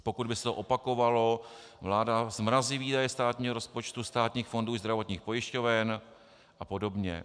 Pokud by se to opakovalo, vláda zmrazí výdaje státního rozpočtu, státních fondů i zdravotních pojišťoven apod.